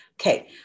Okay